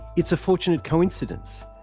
it's a fortunate coincidence,